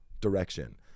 direction